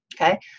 Okay